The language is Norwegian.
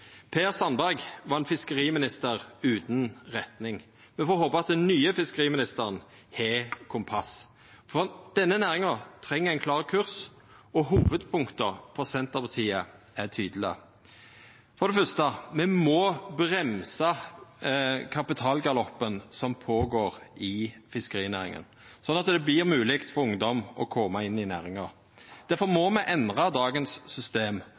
Per Sandberg var ein fiskeriminister utan retning. Me får håpa at den nye fiskeriministeren har kompass, for denne næringa treng ein klar kurs, og hovudpunkta frå Senterpartiet er tydelege. For det fyrste: Me må bremsa kapitalgaloppen som går føre seg i fiskerinæringa, sånn at det vert mogleg for ungdomar å koma inn i næringa. Difor må me endra dagens system,